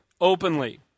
openly